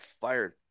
fired